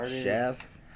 Chef